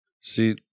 See